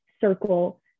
circle